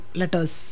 letters